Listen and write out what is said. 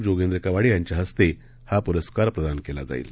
जोगेंद्रकवाडेयांच्याहस्तेहापुरस्कारप्रदानकेलाजाईल